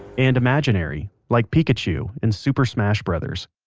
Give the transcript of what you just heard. and imaginary, like pikachu in super smash brothers